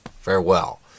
farewell